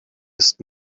ist